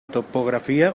topografia